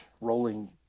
rolling